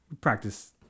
Practice